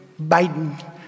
Biden